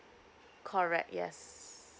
correct yes